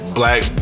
black